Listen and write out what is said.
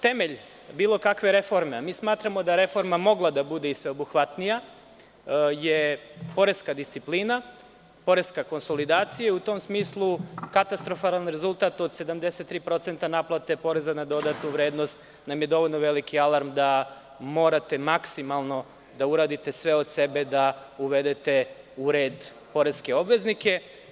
Temelj bilo kakve reforme, a mi smatramo da je reforma mogla da bude i sveobuhvatnija je poreska disciplina, poreska konsolidacija i u tom smislu katastrofalan rezultat od 73% naplate poreza na dodatu vrednost nam je dovoljno veliki alarm da morate maksimalno da uradite sve od sebe i da uvedete u red poreske obveznice.